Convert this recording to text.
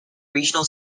regional